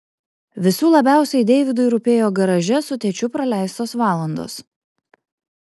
visų labiausiai deividui rūpėjo garaže su tėčiu praleistos valandos